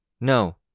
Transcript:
No